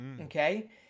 okay